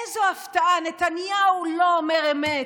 איזו הפתעה, נתניהו לא אומר אמת.